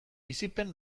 bizipen